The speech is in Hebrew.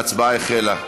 ההצבעה החלה.